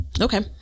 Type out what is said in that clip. Okay